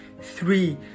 Three